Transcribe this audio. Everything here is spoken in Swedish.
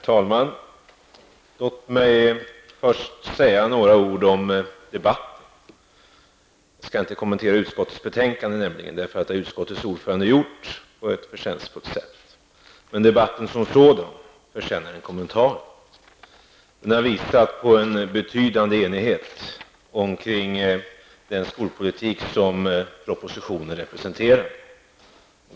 Herr talman! Jag skall inte kommentera utskottets betänkande, för det har utskottets ordförande gjort på ett förtjänstfullt sätt. Däremot förtjänar debatten som sådan en kommentar. Den har visat på en betydande enighet om den skolpolitik som propositionen representerar.